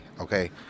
okay